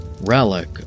relic